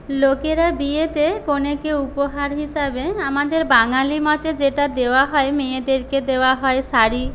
লোকেরা বিয়েতে কনেকে উপহার হিসেবে আমাদের বাঙালি মতে যেটা দেওয়া হয় মেয়েদেরকে দেওয়া হয় শাড়ি